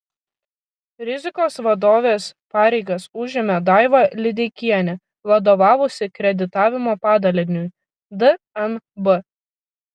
rizikos vadovės pareigas užėmė daiva lideikienė vadovavusi kreditavimo padaliniui dnb